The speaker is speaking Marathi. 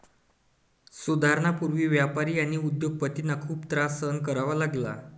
सुधारणांपूर्वी व्यापारी आणि उद्योग पतींना खूप त्रास सहन करावा लागला